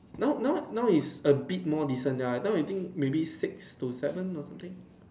now now now is a bit more decent now I think maybe six to seven or something